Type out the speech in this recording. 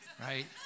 right